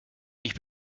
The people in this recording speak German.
ich